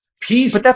Peace